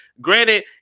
Granted